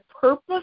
purpose